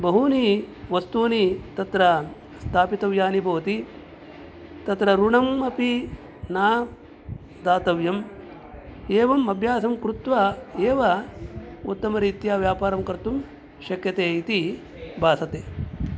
बहूनि वस्तूनि तत्र स्थापितव्यानि भवति तत्र ऋणम् अपि न दातव्यम् एवम् अभ्यासं कृत्वा एव उत्तमरीत्या व्यापारं कर्तुं शक्यते इति भासते